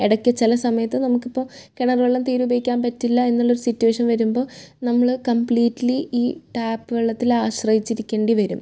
ഇടക്ക് ചില സമയത്ത് നമുക്കിപ്പോൾ കിണർ വെള്ളം തീരെ ഉപയോഗിക്കാൻ പറ്റില്ല എന്നുള്ള ഒരു സിറ്റുവേഷൻ വരുമ്പോൾ നമ്മൾ കമ്പ്ളീറ്റ്ലി ഈ ടാപ്പ് വെള്ളത്തിലാശ്രയിച്ചിരിക്കേണ്ടിവരും